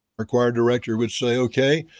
our choir director would say, okay,